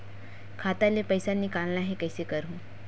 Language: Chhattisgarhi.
खाता ले पईसा निकालना हे, कइसे करहूं?